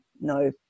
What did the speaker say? No